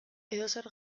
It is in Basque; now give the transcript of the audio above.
edozer